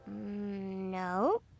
No